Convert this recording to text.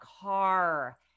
car